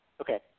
Okay